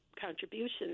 contributions